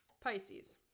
Pisces